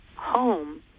home